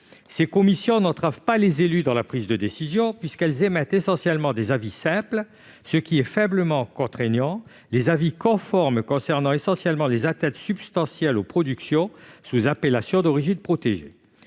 Ces commissions n'entravent pas les élus dans leur prise de décisions, puisqu'elles émettent essentiellement des avis simples, faiblement contraignants, les avis conformes concernant essentiellement les atteintes substantielles aux productions sous appellation d'origine protégée.